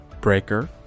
Breaker